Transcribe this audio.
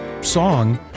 song